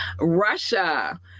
Russia